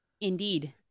indeed